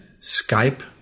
Skype